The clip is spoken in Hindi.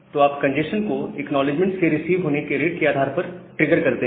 तो आप कंजेस्शन को एक्नॉलेजमेंट्स के रिसीव होने के रेट के आधार पर ट्रिगर करते हैं